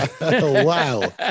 Wow